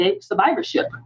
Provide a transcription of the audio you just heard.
survivorship